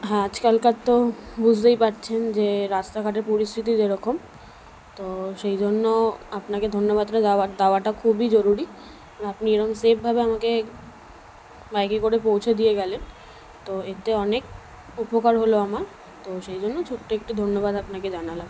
হ্যাঁ আজকালকার তো বুঝতেই পারছেন যে রাস্তাঘাটের পরিস্থিতি কেরকম তো সেই জন্য আপনাকে ধন্যবাদটা দাওয়া দাওয়াটা খুবই জরুরি আপনি এরম সেফভাবে আমাকে বাইকে করে পৌঁছে দিয়ে গেলেন তো এতে অনেক উপকার হলো আমার তো সেই জন্য ছোট্ট একটি ধন্যবাদ আপনাকে জানালাম